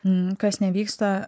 nu kas nevyksta